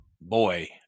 Boy